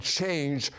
change